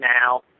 now